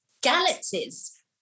galaxies